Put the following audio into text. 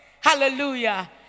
Hallelujah